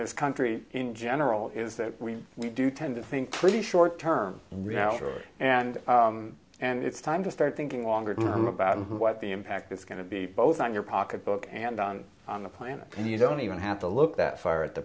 this country in general is that we do tend to think pretty short term reality and and it's time to start thinking longer term about what the impact is going to be both on your pocketbook and on on the planet and you don't even have to look that far at the